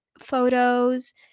photos